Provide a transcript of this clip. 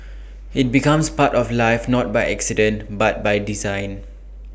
IT becomes part of life not by accident but by design